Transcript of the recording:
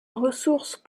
ressource